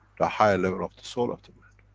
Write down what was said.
the higher level of the soul of the man.